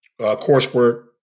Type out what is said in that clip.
coursework